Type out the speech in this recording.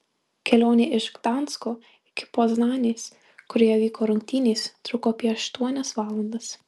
kelionė iš gdansko iki poznanės kurioje vyko rungtynės truko apie aštuonias valandas